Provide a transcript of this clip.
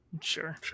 sure